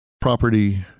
property